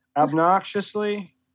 Obnoxiously